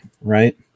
right